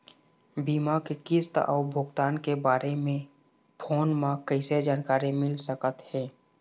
बीमा के किस्त अऊ भुगतान के बारे मे फोन म कइसे जानकारी मिल सकत हे?